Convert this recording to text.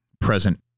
present